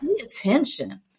attention